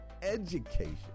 education